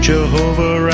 Jehovah